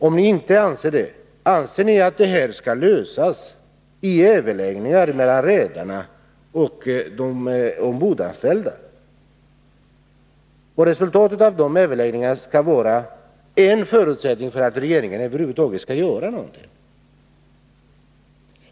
Om ni inte anser det, anser ni då att detta problem skall lösas i överläggningar mellan redarna och de ombordanställda och att resultatet av de överläggningarna skall vara en förutsättning för att regeringen över huvud taget skall göra någonting?